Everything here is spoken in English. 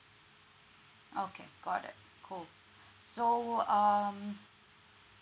okay got it cool so um